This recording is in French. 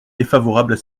défavorables